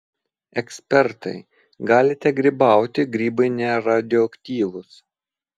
ekspertai galite grybauti grybai neradioaktyvūs